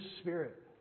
Spirit